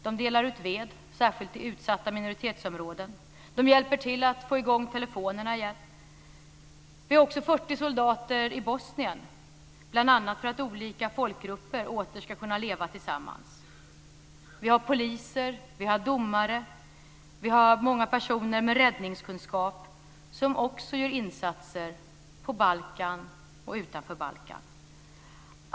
De delar ut ved, särskilt i utsatta minoritetsområden. De hjälper till att få i gång telefonerna igen. Det är också 40 soldater i Bosnien, bl.a. för att olika folkgrupper åter ska kunna leva tillsammans. Vi har poliser, domare och många personer med räddningskunskap som också gör insatser på Balkan och utanför Balkan.